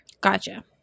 Gotcha